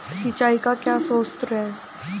सिंचाई के क्या स्रोत हैं?